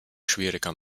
schwieriger